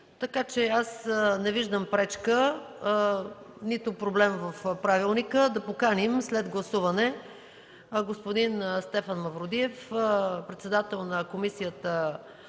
Така че не виждам нито пречка, нито проблем в правилника да поканим след гласуване господин Стоян Мавродиев – председател на Комисията